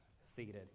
seated